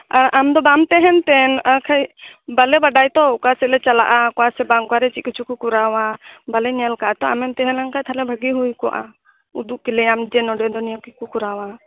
ᱟᱨ ᱟᱢ ᱫᱚ ᱵᱟᱢ ᱛᱟᱦᱮᱱ ᱛᱮ ᱱᱟᱜ ᱠᱷᱟᱡ ᱵᱟᱞᱮ ᱵᱟᱰᱟᱭᱟ ᱛᱚ ᱚᱠᱟ ᱥᱮᱫᱞᱮ ᱪᱟᱞᱟᱜᱼᱟ ᱚᱠᱟᱥᱮᱫ ᱵᱟᱝ ᱚᱠᱟ ᱨᱮ ᱪᱮᱫ ᱠᱚᱪᱚ ᱠᱚ ᱠᱚᱨᱟᱣᱟ ᱵᱟᱞᱮ ᱧᱮᱞ ᱟᱠᱟᱫᱼᱟ ᱛᱚ ᱟᱢᱮᱢ ᱛᱟᱦᱮᱸ ᱞᱮᱱ ᱠᱷᱟᱱ ᱛᱟᱦᱞᱮ ᱵᱷᱟᱹᱜᱤ ᱦᱩᱭ ᱠᱚᱜᱼᱟ ᱩᱫᱩᱜ ᱠᱮᱞᱮᱭᱟᱢ ᱡᱮ ᱱᱚᱰᱮ ᱫᱚ ᱱᱤᱭᱟᱹ ᱠᱚᱠᱚ ᱠᱚᱨᱟᱣᱟ